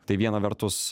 tai viena vertus